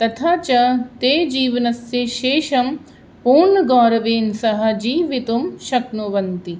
तथा च ते जीवनस्य शेषं पूर्णगौरवेन सह जीवितुं शक्नुवन्ति